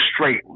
straight